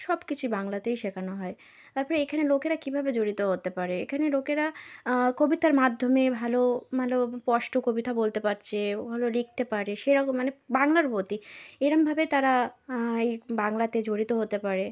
সব কিছুই বাংলাতেই শেখানো হয় তার পরে এখানে লোকেরা কীভাবে জড়িত হতে পারে এখানে লোকেরা কবিতার মাধ্যমে ভালো ভালো স্পষ্ট কবিতা বলতে পারছে ভালো লিখতে পারে সেরকম মানে বাংলার প্রতি এরকমভাবে তারা এই বাংলাতে জড়িত হতে পারে